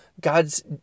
God's